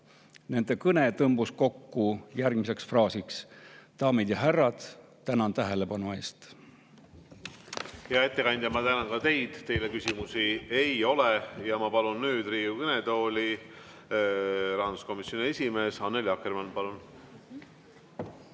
Nende kõne tõmbus kokku järgmiseks fraasiks: "Daamid ja härrad, tänan tähelepanu eest!" Hea ettekandja! Ma tänan ka teid. Teile küsimusi ei ole. Ma palun nüüd Riigikogu kõnetooli rahanduskomisjoni esimehe Annely Akkermanni. Palun!